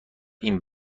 این